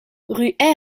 rue